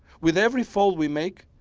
with every fold we make,